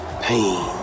Pain